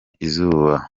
izuba